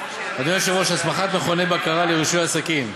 היושב-ראש, הסמכת מכוני בקרה לרישוי עסקים,